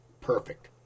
perfect